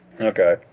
Okay